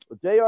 Jr